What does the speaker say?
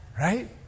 Right